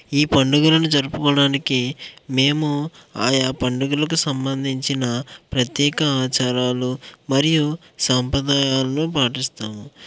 ఈ పండుగలను జరుపుకోవడానికి మేము ఆయా పండుగలకు సంబంధించిన ప్రత్యేక ఆచారాలు మరియు సాంప్రదాయాలను పాటిస్తాం